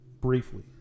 briefly